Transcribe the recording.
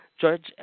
Judge